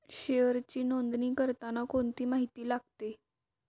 शेअरची नोंदणी करताना कोणती माहिती लागते?